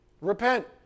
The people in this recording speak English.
repent